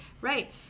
Right